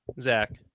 Zach